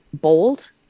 bold